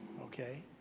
okay